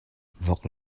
vok